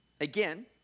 Again